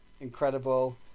Incredible